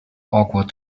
awkward